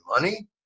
money